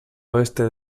oeste